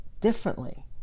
differently